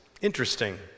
Interesting